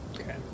Okay